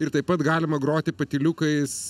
ir taip pat galima groti patyliukais